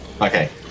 Okay